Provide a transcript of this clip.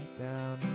down